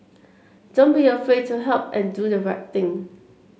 don't be afraid to help and do the right thing